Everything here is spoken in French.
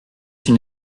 une